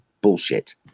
bullshit